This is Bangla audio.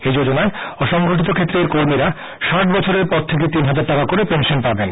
এই যোজনায় অসংগঠিত ক্ষেত্রের কর্মীরা ষাট বছরের পর থেকে তিনহাজার টাকা করে পেনশান পাবেন